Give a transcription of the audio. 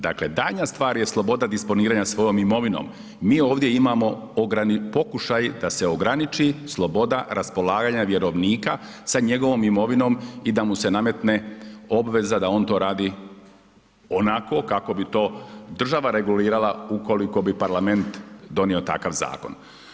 Dakle, daljnja stvar je sloboda disponiranja svojom imovinom, mi ovdje imamo pokušaj da se ograniči sloboda raspolaganja vjerovnika sa njegovom imovinom i da mu se nametne obveza da on to radi onako kako bi to država regulirala ukoliko bi Parlament donio takav zakon.